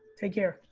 take care.